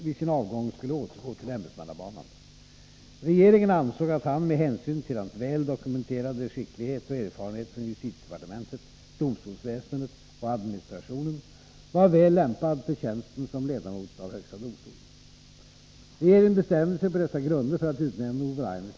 Högsta domstolens politiskt fristående ställning markeras av att justitieråden inte kan avsättas genom politiska beslut. Uppgiften som justitieråd ger således en särställning i det svenska samhället.